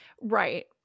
Right